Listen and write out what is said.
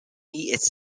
its